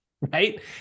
right